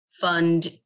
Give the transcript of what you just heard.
fund